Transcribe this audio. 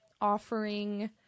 offering